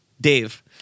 Dave